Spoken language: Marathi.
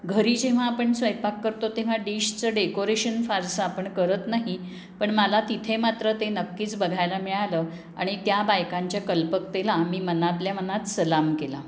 घरी जेव्हा आपण स्वयंपाक करतो तेव्हा डिशचं डेकोरेशन फारसं आपण करत नाही पण मला तिथे मात्र ते नक्कीच बघायला मिळालं आणि त्या बायकांच्या कल्पकतेला मी मनातल्या मनात सलाम केला